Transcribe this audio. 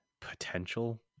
potential